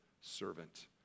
servant